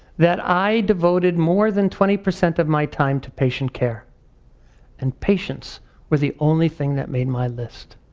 that i devoted more than twenty percent of my time to patient care and patients were the only thing that made my list.